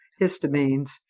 histamines